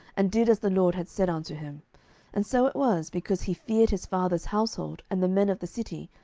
and did as the lord had said unto him and so it was, because he feared his father's household, and the men of the city,